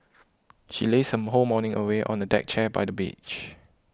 she lazed her whole morning away on a deck chair by the beach